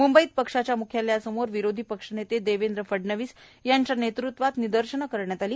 म्ंबईत पक्षाच्या म्ख्यालयासमोर विरोधी पक्षनेते देवेंद्र फडनवीस यांच्या नेतृत्वाखाली निदर्शनं करण्यात आली